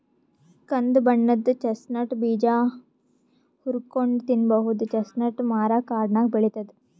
ಕಂದ್ ಬಣ್ಣದ್ ಚೆಸ್ಟ್ನಟ್ ಬೀಜ ಹುರ್ಕೊಂನ್ಡ್ ತಿನ್ನಬಹುದ್ ಚೆಸ್ಟ್ನಟ್ ಮರಾ ಕಾಡ್ನಾಗ್ ಬೆಳಿತದ್